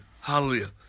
Hallelujah